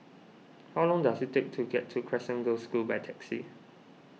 how long does it take to get to Crescent Girls' School by taxi